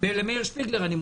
ומודה למאיר שפיגלר.